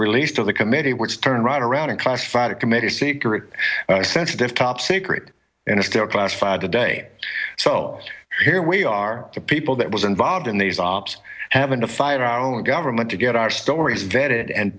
released to the committee which turned right around and classified a committee secret sensitive top secret and it's still classified today so here we are the people that was involved in these ops having to fire our own government to get our stories vetted and